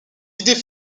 idées